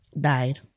died